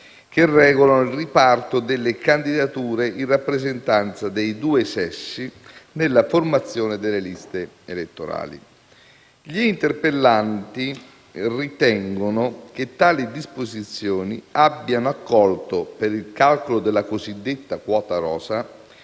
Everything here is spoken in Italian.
che regolano il riparto delle candidature in rappresentanza dei due sessi nella formazione delle liste elettorali. Gli interpellanti ritengono che tali disposizioni abbiano accolto, per il calcolo della cosiddetta quota rosa,